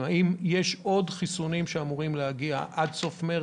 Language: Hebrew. האם יש עוד חיסונים שאמורים להגיע עד סוף מרץ,